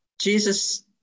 jesus